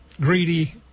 greedy